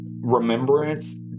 remembrance